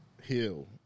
heal